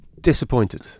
disappointed